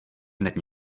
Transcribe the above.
hned